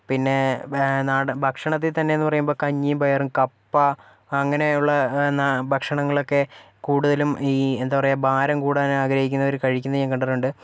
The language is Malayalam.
പിന്നെ നാടൻ ഭക്ഷണത്തീ തന്നെന്ന് പറയുമ്പോൾ കഞ്ഞീം പയറും കപ്പ അങ്ങനെയുള്ള ഭക്ഷണങ്ങളൊക്കെ കൂടുതലും ഈ എന്താ പറയുക ഭാരം കൂടാൻ ആഗ്രഹിക്കുന്നവര് കഴിക്കുന്നത് ഞാൻ കണ്ടിട്ടൊണ്ട്